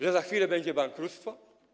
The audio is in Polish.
Że za chwilę będzie bankructwo?